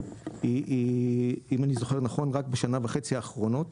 היא כלי התחבורה הבין-עירוני היחיד